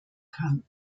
kann